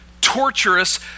torturous